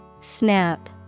Snap